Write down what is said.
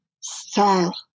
style